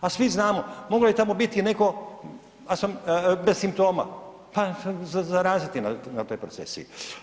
A svi znamo mogao je tamo biti neko bez simptoma pa zaraziti na toj procesiji.